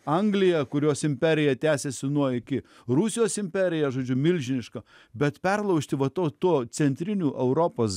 anglija kurios imperija tęsiasi nuo iki rusijos imperija žodžiu milžiniška bet perlaužti va to to centrinių europos